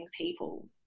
people